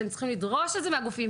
אתם צריכים לדרוש את זה מהגופים.